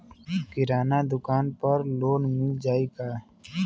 किराना दुकान पर लोन मिल जाई का?